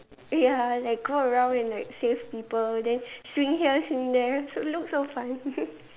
ya like go around and like save people then swing here swing there looks so fun